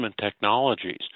technologies